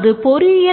உங்களை வரவேற்கிறேன்